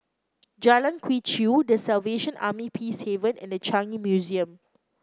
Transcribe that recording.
Jalan Quee Chew The Salvation Army Peacehaven and The Changi Museum